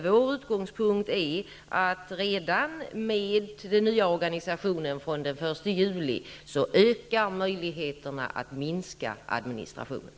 Vår utgångspunkt är, att redan med den nya organisationen som införs den 1 juli, skall möjligheterna öka att minska administrationen.